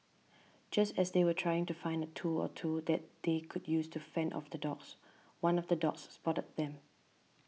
just as they were trying to find a tool or two that they could use to fend off the dogs one of the dogs spotted them